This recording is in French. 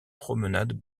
promenades